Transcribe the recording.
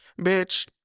bitch